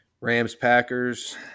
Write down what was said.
Rams-Packers